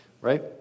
right